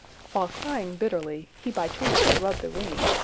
while crying bitterly, he by chance rubbed the ring,